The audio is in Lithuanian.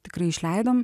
tikrai išleidom